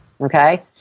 okay